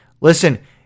Listen